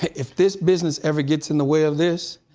if this business ever gets in the way of this,